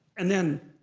and then,